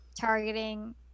targeting